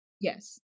Yes